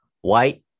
White